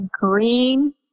green